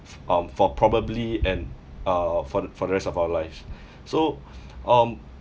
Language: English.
um for probably and uh for the for the rest of our life so um